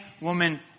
woman